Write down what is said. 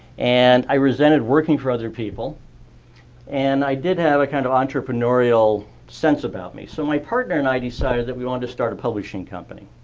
and i resented working for other people and i did have a kind of entrepreneurial sense about me. so my partner and i decided that we wanted to start publishing company.